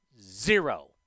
Zero